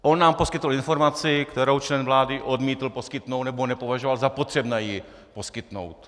On nám poskytl informaci, kterou člen vlády odmítl poskytnout, nebo nepovažoval za potřebné ji poskytnout.